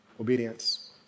obedience